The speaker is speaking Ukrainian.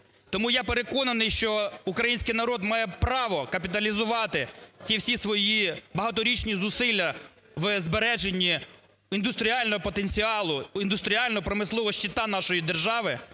Тому я переконаний, що український народ має право капіталізувати ті всі свої багаторічні зусилля в збереженні індустріального потенціалу, індустріально промислового щита нашої держави